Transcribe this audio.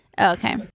okay